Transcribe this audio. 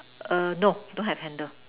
err no don't have handle